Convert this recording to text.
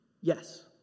Yes